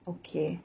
okay